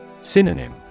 Synonym